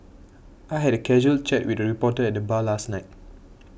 I had a casual chat with a reporter at the bar last night